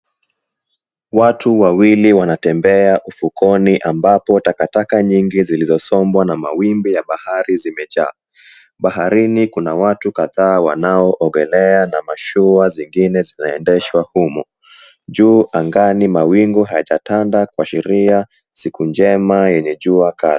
Watu wawili wanatembea ufukweni ambapo takataka nyingi zilisombwa na mawimbi ya bahari zimejaa, baharini kuna watu kadhaa wanaongelea na mashuwa zingine zimeendeshwa humo. Juu angani mawingu hayajatanda kuashiria siku njema yenye jua kali.